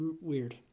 weird